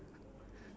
ya